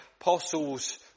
Apostles